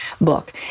book